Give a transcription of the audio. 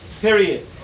Period